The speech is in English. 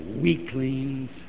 weaklings